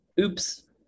Oops